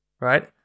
Right